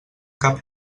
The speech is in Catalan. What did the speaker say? cap